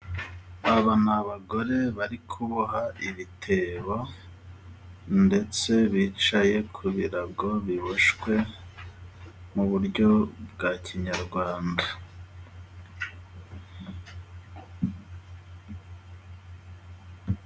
Aba nabagore bari kuboha ibitebo, ndetse bicaye kubirago biboshywe mu buryo bwa kinyarwanda.